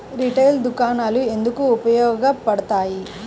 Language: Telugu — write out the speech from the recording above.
రిటైల్ దుకాణాలు ఎందుకు ఉపయోగ పడతాయి?